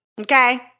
Okay